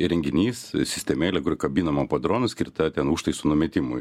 įrenginys sistemėlė kuri kabinama po dronu skirta ten užtaisų numetimui